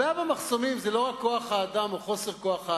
הבעיה במחסומים היא לא רק כוח-האדם או חוסר כוח-האדם.